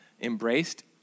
embraced